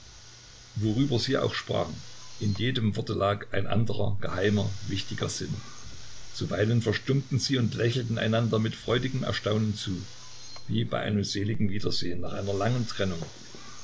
worüber sie auch sprachen in jedem worte lag ein anderer geheimer wichtiger sinn zuweilen verstummten sie und lächelten einander mit freudigem erstaunen zu wie bei einem seligen wiedersehen nach einer langen trennung